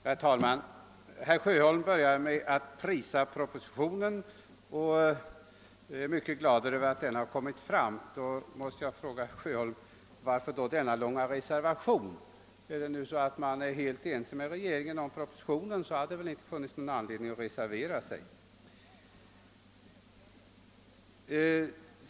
Herr talman! Herr Sjöholm började med att prisa propositionen och var mycket glad över att den framlagts, men jag måste fråga honom: Varför då denna långa reservation? är man helt ense med regeringen om propositionen finns det väl ingen anledning att reservera sig.